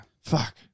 Fuck